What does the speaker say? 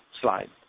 slide